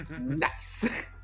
Nice